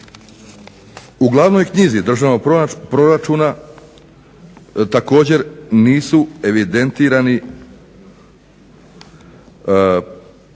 u Glavnoj knjizi Državnog proračuna također nisu evidentirana potraživanja